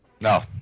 No